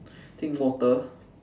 I think water